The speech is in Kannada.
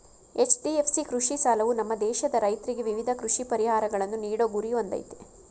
ಎಚ್.ಡಿ.ಎಫ್.ಸಿ ಕೃಷಿ ಸಾಲವು ನಮ್ಮ ದೇಶದ ರೈತ್ರಿಗೆ ವಿವಿಧ ಕೃಷಿ ಪರಿಹಾರಗಳನ್ನು ನೀಡೋ ಗುರಿನ ಹೊಂದಯ್ತೆ